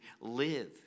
live